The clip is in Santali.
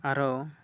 ᱟᱨᱦᱚᱸ